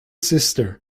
sister